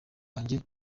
wanjye